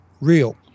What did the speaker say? real